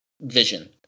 vision